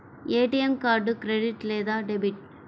ATM card credit లేదా debit?